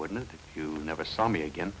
wouldn't if you never saw me again